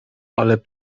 ale